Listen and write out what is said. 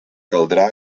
caldrà